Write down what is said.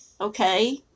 Okay